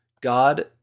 God